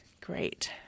Great